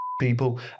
people